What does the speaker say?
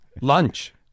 lunch